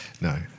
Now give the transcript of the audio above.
No